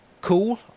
cool